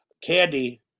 candy